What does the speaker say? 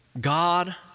God